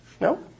No